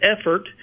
effort